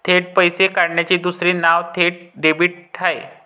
थेट पैसे काढण्याचे दुसरे नाव थेट डेबिट आहे